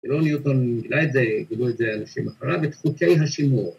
‫ולא ניוטון, אלא את זה, ‫קיבלו את זה אנשים אחריו, ‫את חוקי השימור.